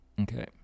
Okay